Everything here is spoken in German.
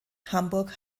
hamburg